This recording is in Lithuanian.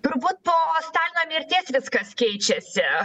turbūt po stalino mirties viskas keičiasi